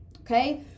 okay